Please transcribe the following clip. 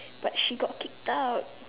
but she got kicked out